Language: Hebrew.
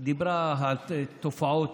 היא דיברה על תופעות